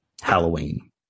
Halloween